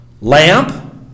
Lamp